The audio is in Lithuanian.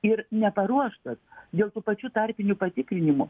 ir neparuoštas dėl tų pačių tarpinių patikrinimų